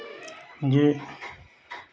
जी